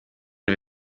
wir